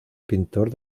pintor